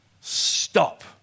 Stop